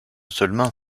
seulement